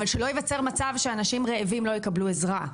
אבל שלא ייווצר מצב שאנשים רעבים לא יקבלו עזרה.